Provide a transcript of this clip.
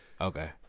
Okay